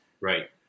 Right